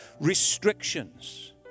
restrictions